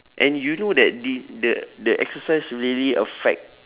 and you know that the the the exercise really affect